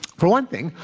for one thing,